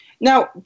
Now